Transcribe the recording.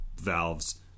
Valve's